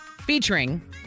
featuring